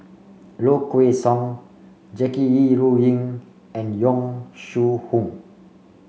Low Kway Song Jackie Yi Ru Ying and Yong Shu Hoong